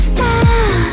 Stop